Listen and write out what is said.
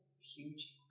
huge